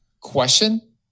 question